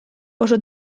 oso